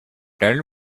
tell